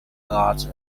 large